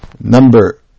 number